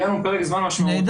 יהיה לנו פרק זמן משמעותי.